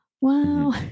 Wow